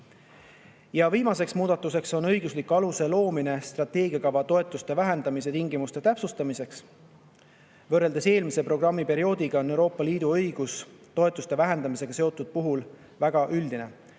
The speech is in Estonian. Viimane muudatus on luua õiguslik alus strateegiakava toetuste vähendamise tingimuste täpsustamiseks. Võrreldes eelmise programmiperioodiga on Euroopa Liidu õigus toetuste vähendamisega seotu puhul väga üldine.